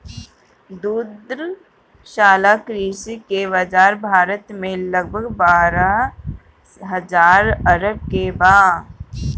दुग्धशाला कृषि के बाजार भारत में लगभग बारह हजार अरब के बा